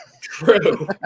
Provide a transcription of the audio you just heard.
True